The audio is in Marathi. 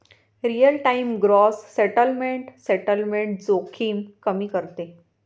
real time gross settlement settlement जोखीम कमी करते